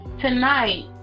tonight